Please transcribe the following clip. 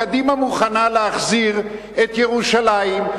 קדימה מוכנה להחזיר את ירושלים,